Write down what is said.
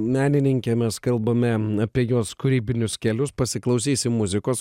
menininkė mes kalbame apie jos kūrybinius kelius pasiklausysim muzikos